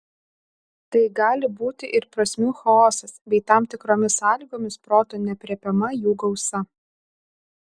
tai gali būti ir prasmių chaosas bei tam tikromis sąlygomis protu neaprėpiama jų gausa